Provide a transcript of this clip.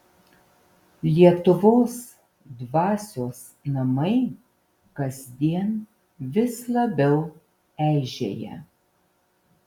lietuvos dvasios namai kasdien vis labiau eižėja